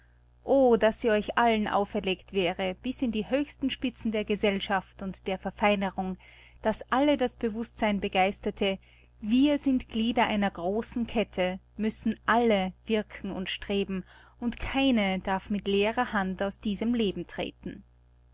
o daß sie euch allen auferlegt wäre bis in die höchsten spitzen der gesellschaft und der verfeinerung daß alle das bewußtsein begeisterte wir sind glieder einer großen kette müssen alle wirken und streben und keine darf mit leerer hand aus diesem leben treten